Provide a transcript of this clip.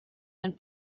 and